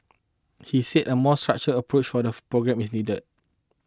he said a more structured approach for the programme is needed